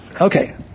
Okay